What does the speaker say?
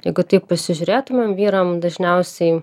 jeigu taip pasižiūrėtumėm vyram dažniausiai